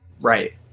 right